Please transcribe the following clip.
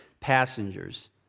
passengers